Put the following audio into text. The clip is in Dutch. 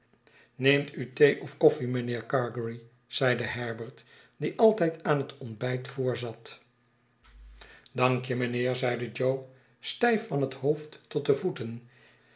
neemt u thee of koffie mijnheer gargery zeide herbert die altijd aan het ontbijt voorzat dank je mijnheer zeide jo stijf van het hoofd tot de voeten